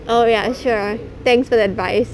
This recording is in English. oh ya sure thanks for the advice